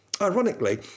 Ironically